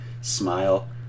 smile